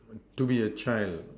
to be a child